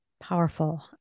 powerful